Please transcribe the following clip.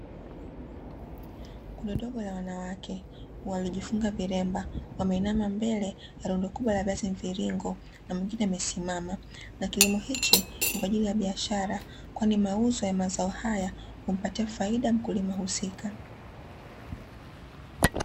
Kundi dogo la wanawake waliojifunga vilemba, wameinama mbele ya rundo kubwa la viazi mviringo, na mwingine amesimama. Na Kilimo hichi ni kwa ajili ya biashara, kwani mauzo ya mazao haya humpatia faida mkulima husika.